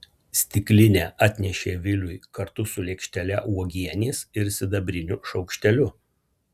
stiklinę atnešė viliui kartu su lėkštele uogienės ir sidabriniu šaukšteliu